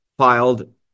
Filed